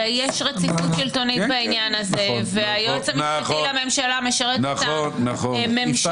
הרי יש רציפות שלטונית בעניין הזה והיועץ המשפטי לממשלה משרת את הממשלה.